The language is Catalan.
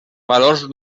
valors